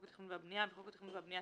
התכנון והבנייה 2.בחוק התכנון והבנייה,